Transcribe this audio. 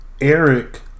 Eric